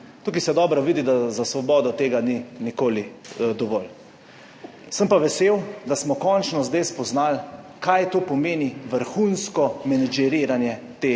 Tukaj se dobro vidi, da za Svobodo tega ni nikoli dovolj. Sem pa vesel, da smo končno zdaj spoznali, kaj to pomeni vrhunsko menedžiranje te